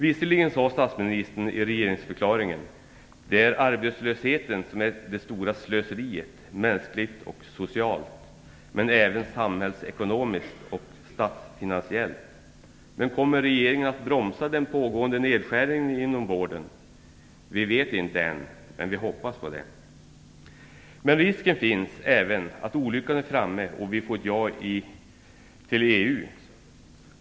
Visserligen sade statsministern i regeringsförklaringen att det är arbetslösheten som är det stora slöseriet, mänskligt och socialt, men även samhällsekonomiskt och statsfinansiellt. Men kommer regeringen att bromsa den pågående nedskärningen inom vården? Vi vet inte än, men vi hoppas det. Men risken finns även att olyckan är framme och vi får ett ja till EU.